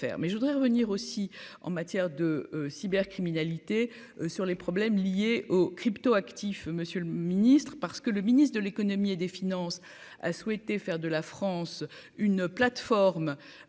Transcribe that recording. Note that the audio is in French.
mais je voudrais revenir aussi en matière de cybercriminalité sur les problèmes liés aux cryptoactifs Monsieur le Ministre, parce que le ministre de l'Économie et des Finances a souhaité faire de la France une plateforme